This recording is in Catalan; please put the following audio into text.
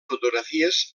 fotografies